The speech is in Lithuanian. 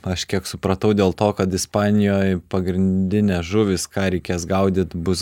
aš kiek supratau dėl to kad ispanijoj pagrindinės žuvys ką reikės gaudyt bus